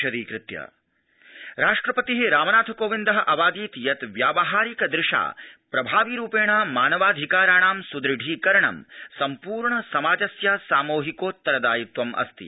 राष्ट्रपति राष्ट्रपति रामनाथ कोविन्द अवादीत् यत् व्यावहारिक दृशा प्रभाविरूपेण मानवाधिकारणां सुदृढीकरणं सम्पूर्ण समाजस्य सामूहिकोत्तरदायित्त्वम् अस्ति